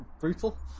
brutal